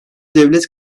devlet